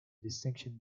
distinction